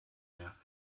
mehr